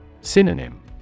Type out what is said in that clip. Synonym